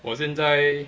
我现在